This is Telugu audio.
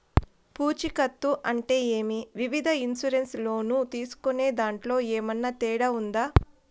పూచికత్తు అంటే ఏమి? వివిధ ఇన్సూరెన్సు లోను తీసుకునేదాంట్లో ఏమన్నా తేడా ఉందా?